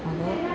അത്